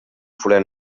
forat